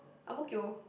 Ang-Mo-Kio